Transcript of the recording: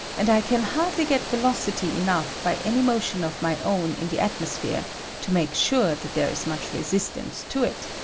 and i can hardly get velocity enough by any motion of my own in the atmosphere to make sure that there is much resistance to it.